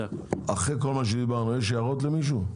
אחרי כל מה שדיברנו יש הערות למישהו?